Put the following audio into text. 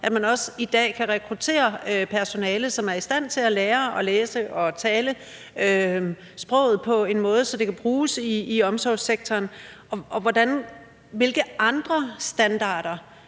at man også i dag kan rekruttere personale, som er i stand til at lære at læse og tale sproget på en måde, så det kan bruges i omsorgssektoren. Og hvilke andre standarder